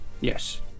Yes